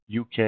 UK